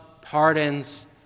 pardons